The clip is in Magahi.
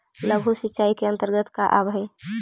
लघु सिंचाई के अंतर्गत का आव हइ?